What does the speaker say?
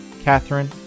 Catherine